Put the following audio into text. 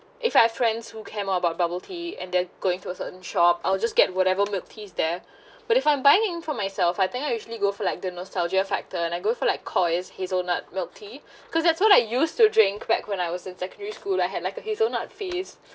if I have friends who care more about bubble tea and then going to a certain shop I'll just get whatever milk teas there but if I'm buying for myself I think I usually go for like the nostalgia factor and I go for like Koi's hazelnut milk tea cause that's what I used to drink back when I was in secondary school I had like a hazel nut phase